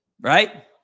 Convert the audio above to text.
Right